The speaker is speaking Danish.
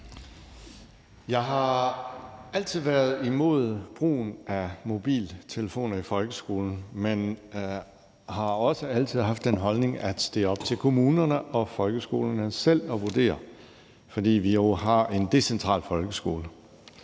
Jeg har altid været imod brugen af mobiltelefoner i folkeskolen, men har også altid haft den holdning, at det er op til kommunerne og folkeskolerne selv at vurdere, fordi vi jo har en decentral folkeskole.